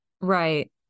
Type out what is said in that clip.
Right